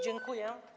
Dziękuję.